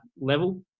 level